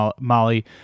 Molly